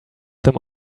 them